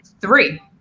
three